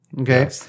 Okay